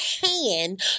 hand